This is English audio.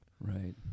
Right